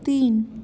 तीन